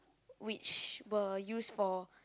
which were use for